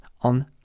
on